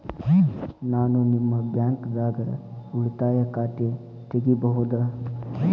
ನಾ ನಿಮ್ಮ ಬ್ಯಾಂಕ್ ದಾಗ ಉಳಿತಾಯ ಖಾತೆ ತೆಗಿಬಹುದ?